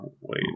Wait